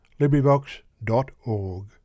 LibriVox.org